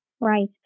right